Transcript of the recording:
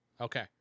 Okay